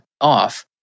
off